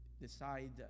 decide